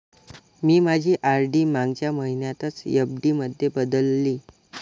मी माझी आर.डी मागच्या महिन्यातच एफ.डी मध्ये बदलली